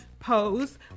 Pose